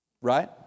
Right